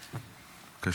בבקשה.